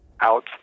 out